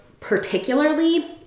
particularly